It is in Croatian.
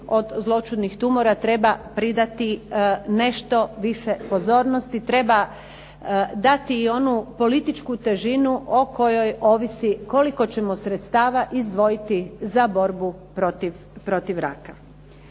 od zloćudnih tumora treba pridati nešto više pozornosti, treba dati i onu političku težinu o kojoj ovisi koliko ćemo sredstva izdvojiti za borbu protiv raka.